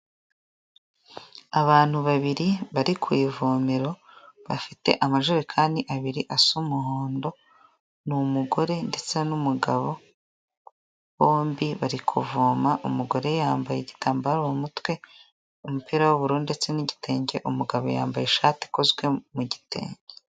Abantu babiri bari ku ivomero, bafite amajerekani abiri asa umuhondo, ni umugore ndetse n'umugabo, bombi bari kuvoma, umugore yambaye igitambaro mu mutwe, umupira w'ubururu ndetse n'igitenge, umugabo yambaye ishati ikozwe mu gitenge.